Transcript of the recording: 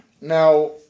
Now